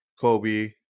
Kobe